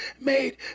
made